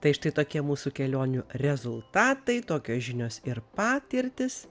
tai štai tokie mūsų kelionių rezultatai tokios žinios ir patirtys